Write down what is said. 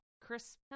Chris